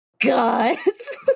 Guys